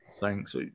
Thanks